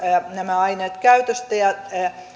nämä aineet käytöstä